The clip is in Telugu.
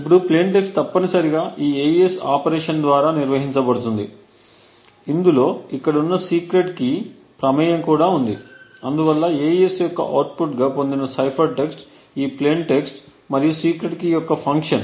ఇప్పుడు ప్లేయిన్ టెక్స్ట్ తప్పనిసరిగా ఈ AES ఆపరేషన్ ద్వారా నిర్వహించబడుతుంది ఇందులో ఇక్కడున్న సీక్రెట్ కీ ప్రమేయం కూడా ఉంది అందువల్ల AES యొక్క అవుట్పుట్గా పొందిన సైఫర్ టెక్స్ట్ ఈ ప్లేయిన్ టెక్స్ట్ మరియు సీక్రెట్ కీ యొక్క ఫంక్షన్